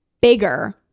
bigger